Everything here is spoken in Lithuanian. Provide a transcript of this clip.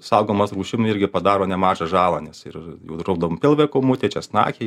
saugomas rūšim irgi padaro nemažą žalą nes ir jau raudonpilvė kūmutė česnakė